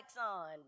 on